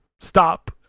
stop